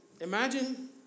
Imagine